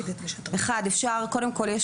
קודם כל,